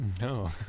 No